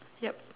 yup